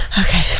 Okay